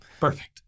Perfect